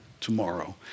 tomorrow